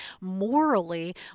morally